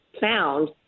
found